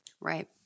Right